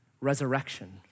resurrection